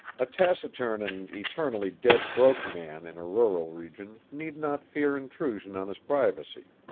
a taciturn and eternally dead-broke man, in a rural region, need not fear intrusion on his privacy.